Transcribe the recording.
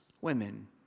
women